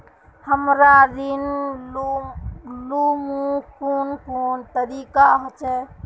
हमरा ऋण लुमू कुन कुन तरीका होचे?